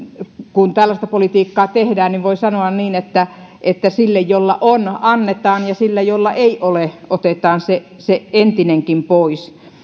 kun tällaista politiikkaa tehdään niin voi sanoa niin että että sille jolla on annetaan ja siltä jolla ei ole otetaan se se entinenkin pois